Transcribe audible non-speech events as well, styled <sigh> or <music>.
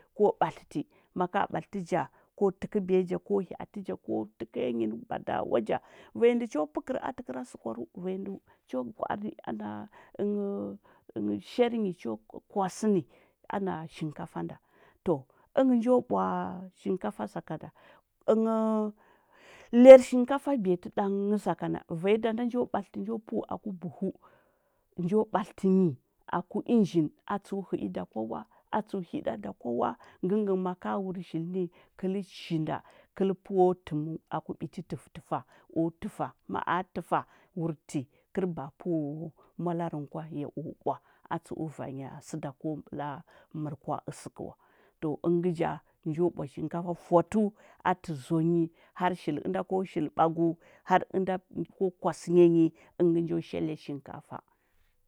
Ko ɓatləti, maka ɓatləti ja ko təkəbiya ja ko hyaati ja ko təkəyanyi nə mad awa ja vamya nɗə cho pəkəri atə kəra sukwarəu, vanya nda cho gwa’an ana <hesitation> shari nyi cho kwasəni ana chinkafa nda to əngə njo bwa chinkafa sakanda <hesitation> lir chinkafa ɓiyati ɗangəu vanyo ɗa nɗa njo ɓatləti njo pəu aki ɓuhu njo batləti nyi aku ənjin atsəu hə’i ɗa kw awa, atsəu hida ɗa kva wa, ngəngə nga maka wur shili ni kəl chinda, kəl pəu təmu aki ɓiti təfə təfa, o təfa, ma’a təfa wurti kər ba’a pəu mwalari nghə lawa ya o bwa atsəu vanya səda ko ɓəla mərə kwa əsəkə wa to əngə ngə ja, njo bwa chinkafa fwatu atə zoa nyi har shili ənda ko shili bagu har ənda ko kwasənya nyi əngə ngə njo chinkafa.